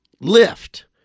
lift